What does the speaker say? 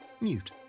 Mute